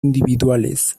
individuales